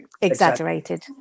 exaggerated